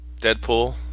Deadpool